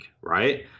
right